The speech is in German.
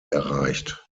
erreicht